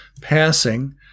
passing